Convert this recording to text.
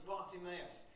Bartimaeus